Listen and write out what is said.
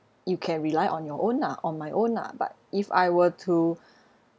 you can rely on your own ah on my own ah but if I were to